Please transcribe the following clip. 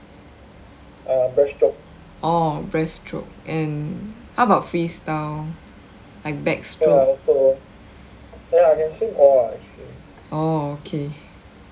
orh breast stroke and how about freestyle like backstroke orh okay